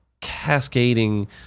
cascading